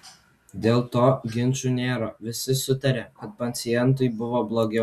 dėl to ginčų nėra visi sutaria kad pacientui buvo blogiau